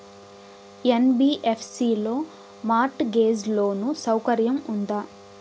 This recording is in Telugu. యన్.బి.యఫ్.సి లో మార్ట్ గేజ్ లోను సౌకర్యం ఉందా?